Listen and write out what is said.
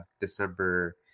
December